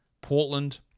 Portland